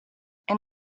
and